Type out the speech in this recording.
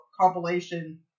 compilation